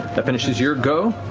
that finishes your go.